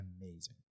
amazing